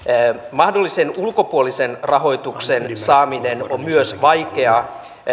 mahdollisen ulkopuolisen rahoituksen saaminen on myös vaikeaa